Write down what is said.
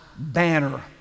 Banner